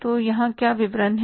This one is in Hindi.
तो यहाँ क्या विवरण है